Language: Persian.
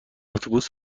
اتوبوس